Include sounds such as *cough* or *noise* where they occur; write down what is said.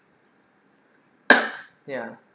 *coughs* ya